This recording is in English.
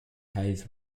hayes